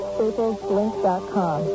StaplesLink.com